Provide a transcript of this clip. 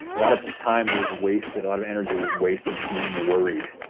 a lot of time was wasted, a lot of energy was wasted being worried.